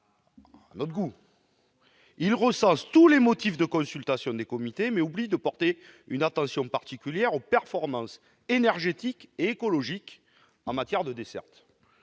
complet. Il recense tous les motifs de consultation des comités, mais oublie de porter une attention particulière aux performances énergétiques et écologiques en matière de dessertes.